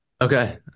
Okay